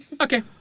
Okay